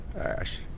Ash